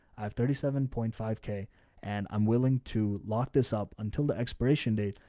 i have thirty seven point five k and i'm willing to lock this up until the expiration date,